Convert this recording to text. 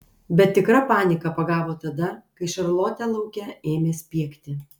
bet tikra panika pagavo tada kai šarlotė lauke ėmė spiegti